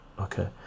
okay